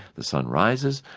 the sun rises,